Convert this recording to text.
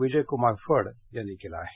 विजयक्रमार फड यांनी केलं आहे